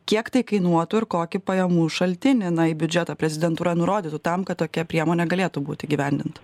kiek tai kainuotų ir kokį pajamų šaltinį na į biudžetą prezidentūra nurodytų tam kad tokia priemonė galėtų būt įgyvendinta